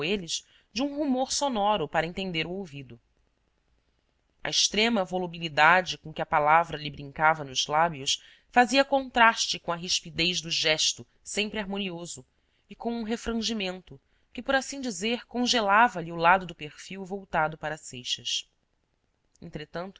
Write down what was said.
eles de um rumor sonoro para entender o ouvido a extrema volubilidade com que a palavra lhe brincava nos lábios fazia contraste com a rispidez do gesto sempre harmonio so e com um refrangimento que por assim dizer congelava lhe o lado do perfil voltado para seixas entretanto